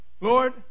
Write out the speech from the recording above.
Lord